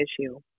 issue